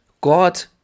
God